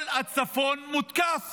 כל הצפון מותקף